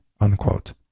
unquote